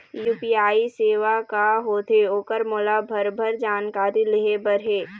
UPI सेवा का होथे ओकर मोला भरभर जानकारी लेहे बर हे?